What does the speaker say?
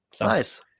Nice